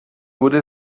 wurde